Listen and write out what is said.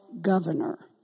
governor